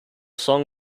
song